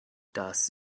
das